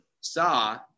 saw